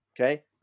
Okay